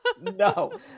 no